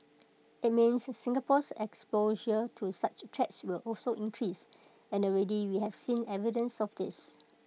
IT means Singapore's exposure to such threats will also increase and already we have seen evidence of this